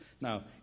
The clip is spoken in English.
Now